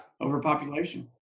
Overpopulation